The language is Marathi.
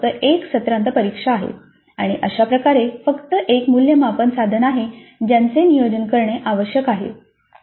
येथे फक्त एक सत्रांत परीक्षा आहे आणि अशा प्रकारे फक्त एक मूल्यमापन साधन आहे ज्याचे नियोजन करणे आवश्यक आहे